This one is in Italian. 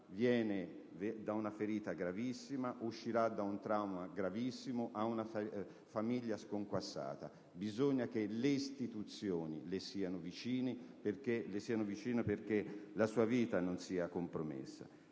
Viene da una ferita gravissima. Uscirà da un trauma gravissimo. Ha una famiglia sconquassata. Bisogna che le istituzioni le siano vicine perché la sua vita non sia compromessa».